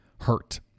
hurt